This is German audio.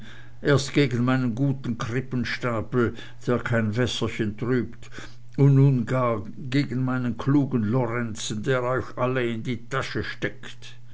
erst gegen meinen guten krippenstapel der kein wässerchen trübt und nun gar gegen meinen klugen lorenzen der euch alle in die tasche steckt